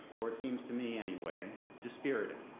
or seems to me anyway, dispirited.